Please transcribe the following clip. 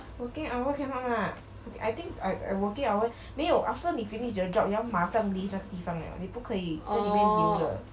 working hour cannot lah I think I I working hour 没有 after 你 finish 你的 job 你要马上离开那个地方 liao 你不可以在里面留的